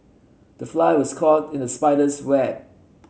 the fly was caught in the spider's web